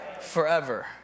forever